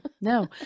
No